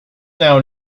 now